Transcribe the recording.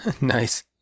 Nice